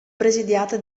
presidiate